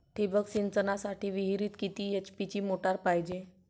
ठिबक सिंचनासाठी विहिरीत किती एच.पी ची मोटार पायजे?